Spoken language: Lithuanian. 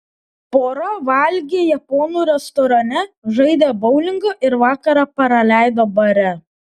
pora valgė japonų restorane žaidė boulingą ir vakarą praleido bare